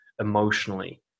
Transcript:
emotionally